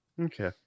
Okay